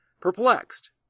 perplexed